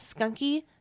skunky